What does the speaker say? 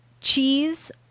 cheese